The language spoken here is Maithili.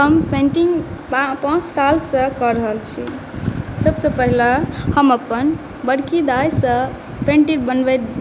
हम पेनटिंग पाँच साल सॅं कऽ रहल छी सबसँ पहिले हम अपन बड़की दाइसँ पेनटिंग बनबैत